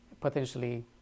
Potentially